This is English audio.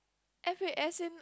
F in as in